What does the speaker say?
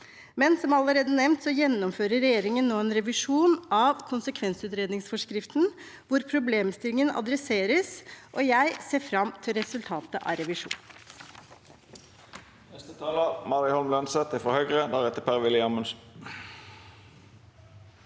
Men som allerede nevnt gjennomfører regjeringen nå en revisjon av konsekvensutredningsforskriften, hvor problemstillingen tas opp, og jeg ser fram til resultatet av revisjonen.